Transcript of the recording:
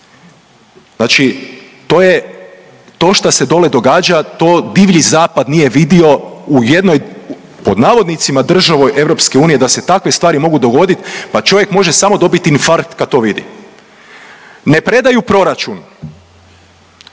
Znači to je, to šta se dole događa to Divlji Zapad nije vidio, u jednoj pod navodnicima državi EU da se takve stvari mogu dogodit, pa čovjek može samo dobit infarkt kad to vidi. Ne predaju proračun,